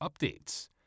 updates